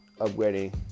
upgrading